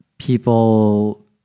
People